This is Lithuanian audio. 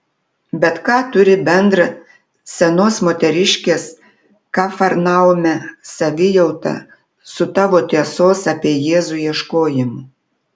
bet ką turi bendra senos moteriškės kafarnaume savijauta su tavo tiesos apie jėzų ieškojimu